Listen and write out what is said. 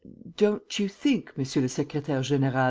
don't you think, monsieur le secretaire-general,